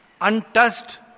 untouched